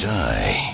die